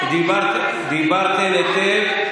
דיברתן היטב,